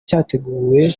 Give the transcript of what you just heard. cyateguwe